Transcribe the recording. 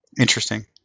interesting